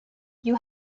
you